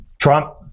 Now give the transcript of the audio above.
Trump